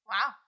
Wow